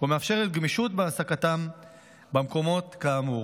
ומאפשרת גמישות בהעסקתם במקומות כאמור.